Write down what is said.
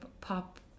pop